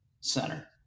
center